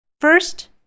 First